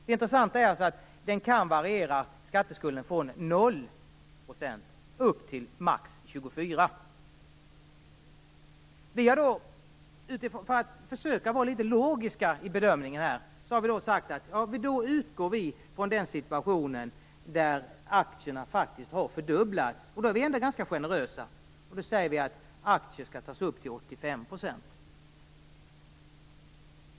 Det intressanta är alltså att den latenta skatteskulden kan variera från För att försöka att vara litet logiska i vår bedömning har vi utgått från situationen att aktiernas värde har fördubblats. Vi är då ändå ganska generösa och säger att aktiernas värde skall tas upp till 85 %.